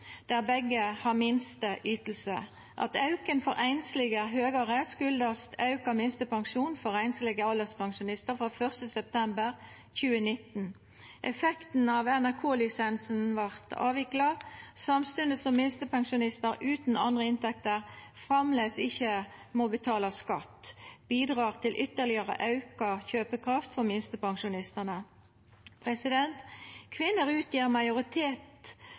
einslege er høgare, kjem av auka minstepensjon for einslege alderspensjonistar frå 1. september 2019. Effekten av at NRK-lisensen vart avvikla, samstundes som minstepensjonistar utan andre inntekter framleis ikkje må betala skatt, bidrar til ytterlegare auka kjøpekraft for minstepensjonistane. Kvinner utgjer